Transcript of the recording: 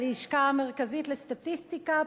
הלשכה המרכזית לסטטיסטיקה,